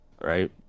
right